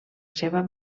seva